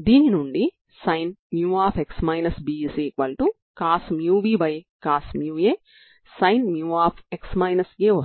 ఇది సాధారణ అవకలన